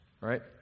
right